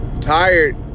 Tired